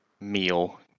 meal